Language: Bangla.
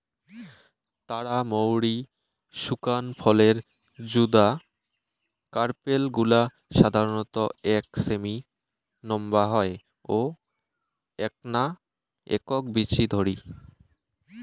তারা মৌরি শুকান ফলের যুদা কার্পেল গুলা সাধারণত এক সেমি নম্বা হয় ও এ্যাকনা একক বীচি ধরি